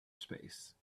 space